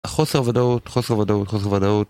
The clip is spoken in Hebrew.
חוסר ודאות, חוסר ודאות, חוסר ודאות